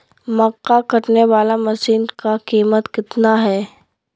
मक्का कटने बाला मसीन का कीमत कितना है?